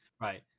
Right